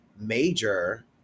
major